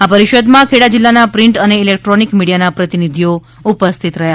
આપરિષદમાં ખેડા જિલ્લાના પ્રિન્ટ અને ઈલેક્ટ્રોનિક મીડિયાના પ્રતિનિધિઓ ઉપસ્થિતરહ્યા હતા